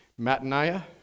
Mataniah